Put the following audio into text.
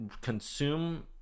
consume